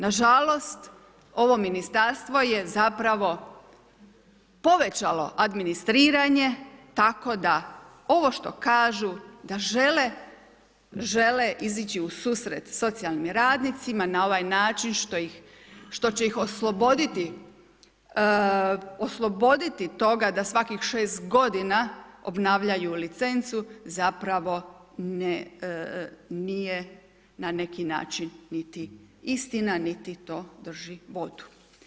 Nažalost, ovo ministarstvo je zapravo povećalo administriranje tako da ovo što kažu da žele izići u susret socijalnim radnicima na ovaj način što će ih osloboditi toga da svaki 6 g. obnavljaju licencu, zapravo nije na neki način niti istina niti to drži vodu.